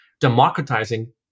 democratizing